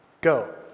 Go